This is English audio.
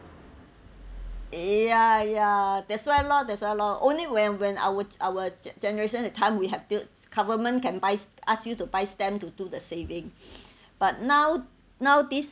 ya ya that's why lor that's why lor only when when our our generation that time we have this government can buys ask you to buy stamp to to the saving but now now this